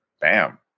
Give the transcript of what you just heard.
bam